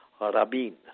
Rabin